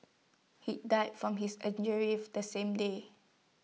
he died from his injuries of the same day